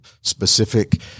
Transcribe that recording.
specific